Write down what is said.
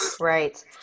Right